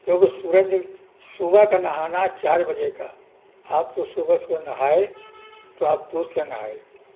کیونکہ سورج صبح کا نہانا چار بجے کا آپ تو صبح صبح نہائے تو آپ دودھ سے نہائے